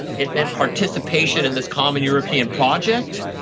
it meant participation in this common european project.